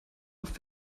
auf